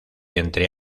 entre